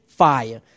fire